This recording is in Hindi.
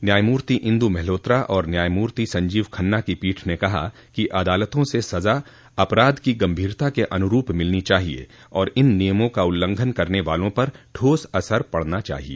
न्यायमूर्ति इंदु मल्होत्रा और न्यायमूर्ति संजीव खन्ना की पीठ ने कहा कि अदालतों से सजा अपराध की गंभीरता के अनुरूप मिलनी चाहिए और इन नियमों का उल्लंघन करने वालों पर ठोस असर पड़ना चाहिए